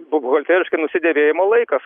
buhalteriškai nusidėvėjimo laikas